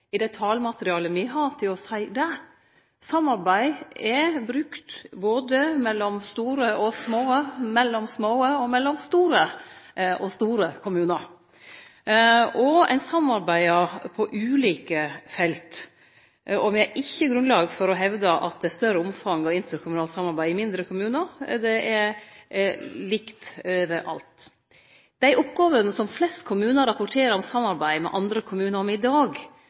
i det talmaterialet me har, for å seie det. Samarbeid er brukt både mellom store og små, mellomsmå og mellomstore og store kommunar, og ein samarbeider på ulike felt. Me har ikkje grunnlag for å hevde at det er større omfang av interkommunalt samarbeid i mindre kommunar. Det er likt over alt. Dei oppgåvene som flest kommunar rapporterer om samarbeid med andre kommunar om i dag,